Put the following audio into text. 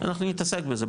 אנחנו נתעסק בזה,